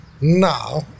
now